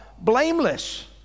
blameless